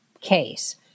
case